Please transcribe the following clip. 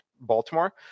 Baltimore